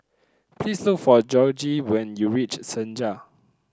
please look for Jorge when you reach Senja